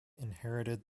inherited